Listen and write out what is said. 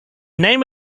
name